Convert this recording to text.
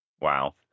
Wow